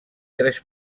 tres